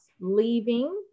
Leaving